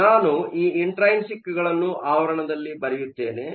ಆದ್ದರಿಂದ ನಾನು ಈ ಇಂಟ್ರೈನ್ಸಿಕ್ಗಳನ್ನು ಆವರಣದಲ್ಲಿ ಬರೆಯುತ್ತೇನೆ